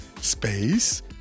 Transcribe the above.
space